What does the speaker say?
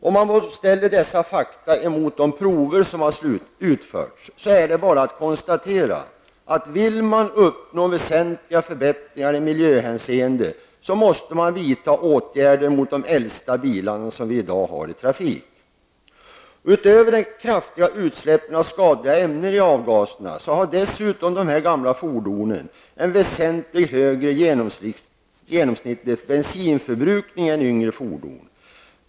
Om vi då ställer dessa fakta mot de prover som har utförts, är det bara att konstatera att vill man uppnå väsentliga förbättringar i miljöhänseende måste man vidta åtgärder mot de äldsta bilarna som vi i dag har i trafiken. Utöver de kraftiga utsläppen av skadliga ämnen i avgaserna har dessutom de här gamla fordonen en väsentligt högre genomsnittlig bensinförbrukning än yngre fordon.